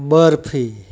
barfi